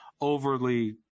overly